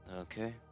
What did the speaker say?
Okay